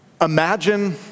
Imagine